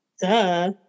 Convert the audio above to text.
Duh